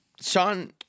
Sean